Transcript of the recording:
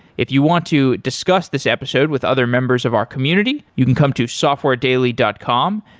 if you want to discuss this episode with other members of our community, you can come to softwaredaily dot com.